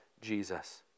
Jesus